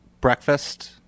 breakfast